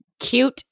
cute